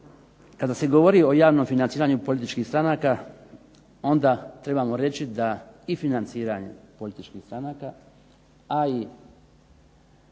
Kada se govori o javnom financiranju političkih stranaka onda trebamo reći da i financiranje političkih stranaka, a i